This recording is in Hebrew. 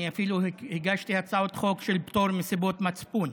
אני אפילו הגשתי הצעות חוק של פטור מסיבות מצפון,